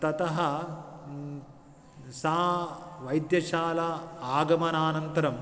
ततः सा वैद्यशालाम् आगमनानन्तरम्